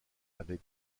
avec